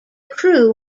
crew